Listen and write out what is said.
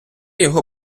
його